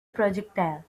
projectile